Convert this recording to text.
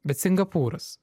bet singapūras